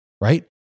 right